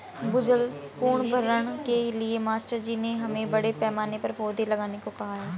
भूजल पुनर्भरण के लिए मास्टर जी ने हमें बड़े पैमाने पर पौधे लगाने को कहा है